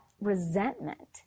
resentment